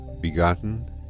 begotten